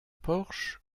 porsche